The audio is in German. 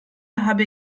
habe